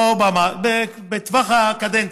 לא, בטווח הקדנציה.